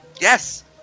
yes